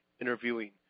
interviewing